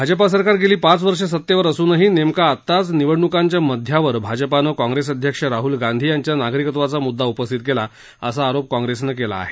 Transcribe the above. भाजपा सरकार गेली पाच वर्ष सतेवर असूनही नेमकं आताच निवडणुकांच्या मध्यावर भाजपानं काँग्रेस अध्यक्ष राहूल गांधी यांच्या नागरिकत्वाचा मुद्दा उपस्थित केला असा आरोप काँग्रेसनं केला आहे